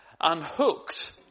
unhooked